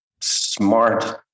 smart